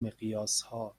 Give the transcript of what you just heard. مقیاسها